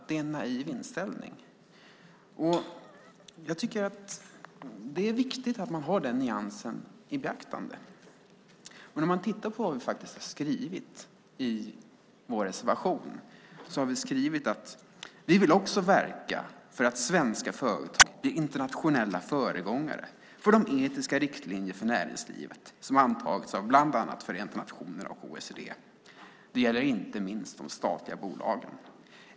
Det är en naiv inställning. Det är viktigt att ha den nyansen i beaktande. Vi har i vår reservation skrivit att vi också vill verka för att svenska företag blir internationella föregångare för de etiska riktlinjer för näringslivet som antagits av bland annat Förenta nationerna och OECD. Det gäller inte minst de statliga bolagen.